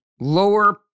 lower